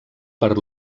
per